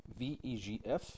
VEGF